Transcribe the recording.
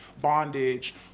bondage